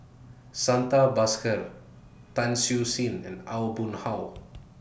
Santha Bhaskar Tan Siew Sin and Aw Boon Haw